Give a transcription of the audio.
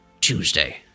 Tuesday